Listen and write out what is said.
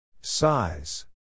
Size